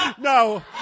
No